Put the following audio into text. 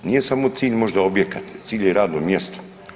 Nije samo cilj možda objekat, cilj je i radno mjesto.